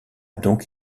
donc